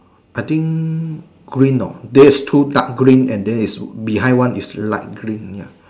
I think green nor there is two dark green and there is behind one is light green ya